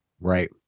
Right